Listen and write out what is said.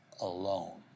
alone